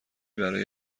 برای